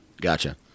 Gotcha